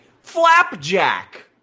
flapjack